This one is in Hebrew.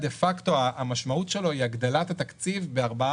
המשמעות שלו היא הגדלת התקציב ב-14